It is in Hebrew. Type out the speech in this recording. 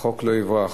החוק לא יברח.